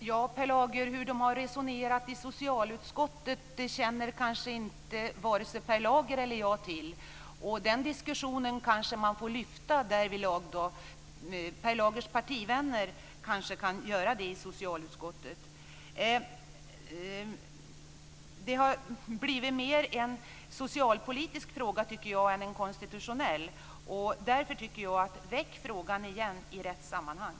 Fru talman! Inte vare sig Per Lager eller jag känner till hur de har resonerat i socialutskottet. Den diskussionen får man lyfta fram där. Per Lagers partivänner i socialutskottet kanske kan göra det. Detta har blivit mer av en socialpolitisk fråga än en konstitutionell fråga. Därför tycker jag att frågan ska väckas i rätt sammanhang.